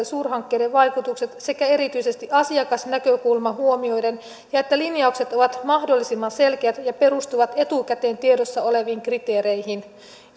suurhankkeiden vaikutukset sekä erityisesti asiakasnäkökulma huomioiden ja että linjaukset ovat mahdollisimman selkeät ja perustuvat etukäteen tiedossa oleviin kriteereihin